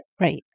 Right